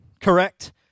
correct